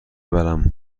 بریمون